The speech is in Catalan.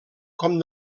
com